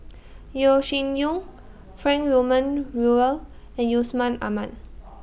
Yeo Shih Yun Frank Wilmin Brewer and Yusman Aman